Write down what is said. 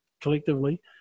collectively